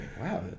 Wow